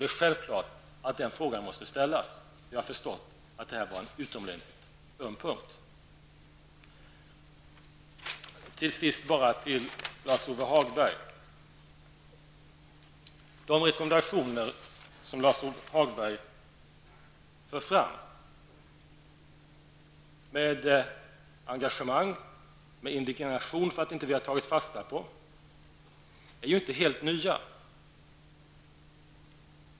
Det är självklart att frågor måste ställas, men jag har förstått att det rör sig om en utomordentligt öm punkt. Till sist till Lars-Ove Hagberg. De rekommendationer som Lars-Ove Hagberg för fram med engagemang -- och med indignation eftersom vi inte har tagit fasta på dem -- är ju inte helt nya.